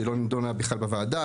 שהיא לא נידונה בכלל בוועדה,